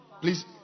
Please